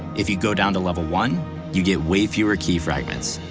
if you go down to level one you get way fewer key fragments.